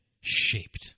shaped